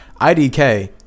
IDK